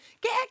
Get